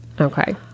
Okay